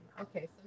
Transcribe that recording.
okay